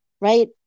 right